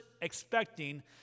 expecting